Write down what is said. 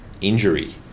injury